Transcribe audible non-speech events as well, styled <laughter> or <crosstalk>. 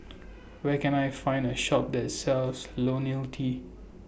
Where Can I Find A Shop that sells <unintelligible> T